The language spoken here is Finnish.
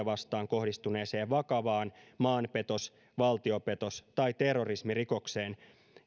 vastaan kohdistuneeseen vakavaan maanpetos valtiopetos tai terrorismirikokseen